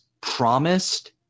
promised